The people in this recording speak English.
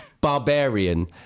Barbarian